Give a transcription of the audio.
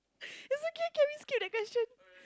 it's okay can we skip that question